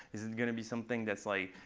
is it going to be something that's like,